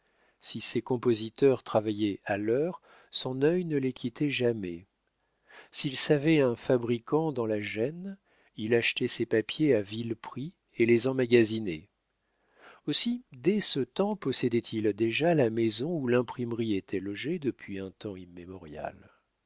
si ses compositeurs travaillaient à l'heure son œil ne les quittait jamais s'il savait un fabricant dans la gêne il achetait ses papiers à vil prix et les emmagasinait aussi dès ce temps possédait-il déjà la maison où l'imprimerie était logée depuis un temps immémorial